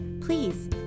please